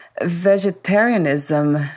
Vegetarianism